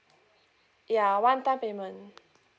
ya one time payment